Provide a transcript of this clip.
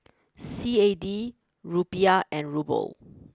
C A D Rupiah and Ruble